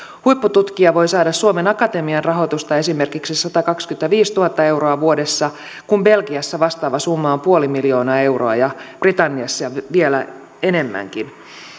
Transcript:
huippututkija voi saada suomen akatemian rahoitusta esimerkiksi satakaksikymmentäviisituhatta euroa vuodessa kun belgiassa vastaava summa on puoli miljoonaa euroa ja britanniassa vielä enemmänkin